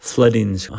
Floodings